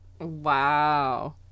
Wow